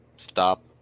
stop